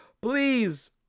Please